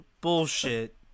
bullshit